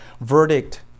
verdict